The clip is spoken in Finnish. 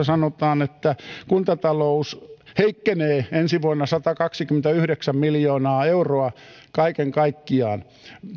sanotaan että kuntata lous heikkenee ensi vuonna satakaksikymmentäyhdeksän miljoonaa euroa kaiken kaikkiaan